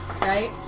right